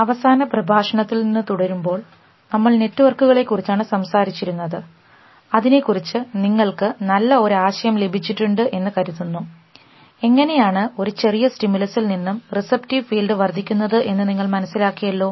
അവസാന പ്രഭാഷണത്തിൽ നിന്ന് തുടരുമ്പോൾ നമ്മൾ നെറ്റ്വർക്കുകളെ കുറിച്ചാണ് സംസാരിച്ചിരുന്നത് അതിനെക്കുറിച്ച് നിങ്ങൾക്ക് നല്ല ഒരു ആശയം ലഭിച്ചിട്ടുണ്ട് എന്ന് കരുതുന്നു എങ്ങനെയാണ് ഒരു ചെറിയ സ്റ്റിമുലസ്ൽ നിന്നും റിസപ്റ്റീവ് ഫീൽഡ് വർദ്ധിക്കുന്നത് എന്ന് നിങ്ങൾ മനസ്സിലാക്കിയല്ലോ